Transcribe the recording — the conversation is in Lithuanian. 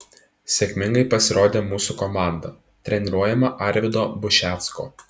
sėkmingai pasirodė mūsų komanda treniruojama arvydo bušecko